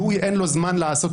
חבר הכנסת